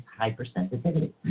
hypersensitivity